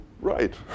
right